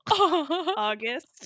August